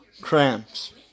cramps